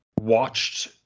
watched